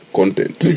content